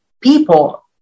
people